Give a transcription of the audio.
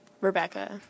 Rebecca